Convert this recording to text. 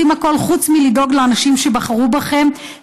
תגידו שאתם עושים הכול חוץ מלדאוג לאנשים שבחרו בכם.